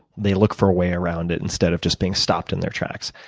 they look for a way around it instead of just being stopped in their tracks.